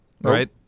Right